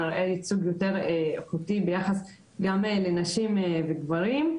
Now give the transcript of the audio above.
נראה ייצוג יותר איכותי ביחס גם לנשים וגברים.